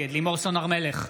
נגד לימור סון הר מלך,